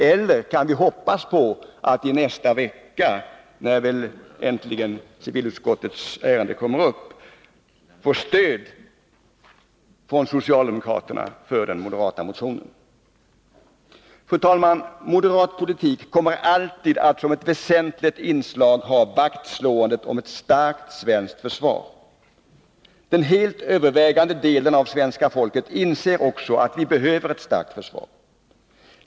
Eller kan vi hoppas på att inästa vecka, när civilutskottets ärende äntligen kommer upp till behandling, få stöd från socialdemokraterna för den moderata reservationen? Fru talman! Moderat politik kommer alltid att som ett väsentligt inslag ha vaktslåendet om ett starkt svenskt försvar. Den helt övervägande delen av svenska folket inser också att vi behöver ett starkt försvar.